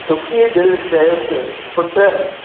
दुखीअ दिलि चयोसि पुटु